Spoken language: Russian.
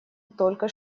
только